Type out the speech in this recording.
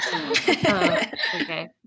okay